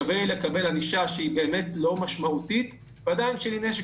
שווה לי לקבל ענישה שהיא באמת לא משמעותית ועדיין שיהיה לי נשק,